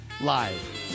live